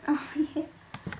okay